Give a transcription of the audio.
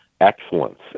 excellence